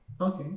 Okay